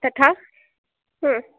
तथा